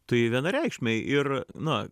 tai vienareikšmiai ir na